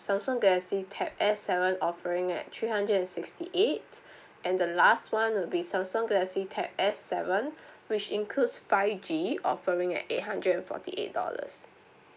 samsung galaxy tab A seven offering at three hundred and sixty eight and the last one will be samsung galaxy tab S seven which includes five G offering at eight hundred forty eight dollars